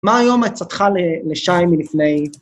‫מה היום עצתך לשי מלפני...